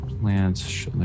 plants